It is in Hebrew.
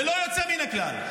ללא יוצא מן הכלל,